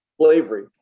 slavery